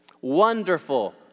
Wonderful